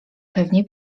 pewnie